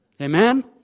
Amen